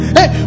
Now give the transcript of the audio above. Hey